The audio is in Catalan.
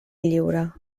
lliure